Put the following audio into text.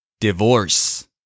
Divorce